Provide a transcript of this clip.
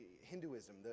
Hinduism